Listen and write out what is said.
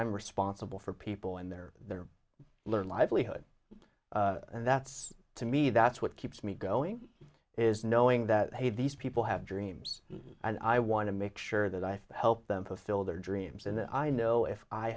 i'm responsible for people and their their livelihood and that's to me that's what keeps me going is knowing that these people have dreams and i want to make sure that i help them fulfill their dreams and i know if i